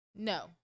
No